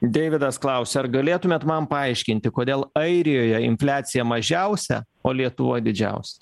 deividas klausia ar galėtumėt man paaiškinti kodėl airijoje infliacija mažiausia o lietuvoj didžiausia